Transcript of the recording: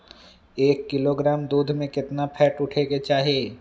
एक किलोग्राम दूध में केतना फैट उठे के चाही?